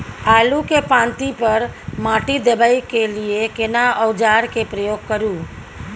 आलू के पाँति पर माटी देबै के लिए केना औजार के प्रयोग करू?